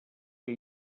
que